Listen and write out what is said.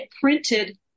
printed